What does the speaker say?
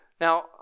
Now